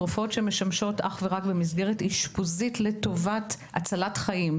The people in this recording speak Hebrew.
או למשל תרופות שמשמשות אך ורק במסגרת אשפוזית לטובת הצלת חיים.